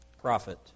prophet